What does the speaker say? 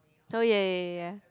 so ya ya ya ya ya